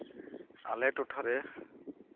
ᱟᱞᱮ ᱴᱚᱴᱷᱟᱨᱮ